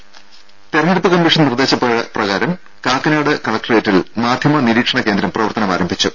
രെട തെരഞ്ഞെടുപ്പ് കമ്മീഷൻ നിർദേശ പ്രകാരം കാക്കനാട് കലക്ടറേറ്റിൽ മാധ്യമ നിരീക്ഷണ കേന്ദ്രം പ്രവർത്തനമാരംഭിച്ചു